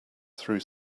through